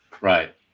Right